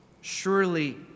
surely